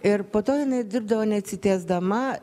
ir po to jinai dirbdavo neatsitiesdama